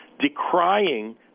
decrying